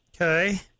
Okay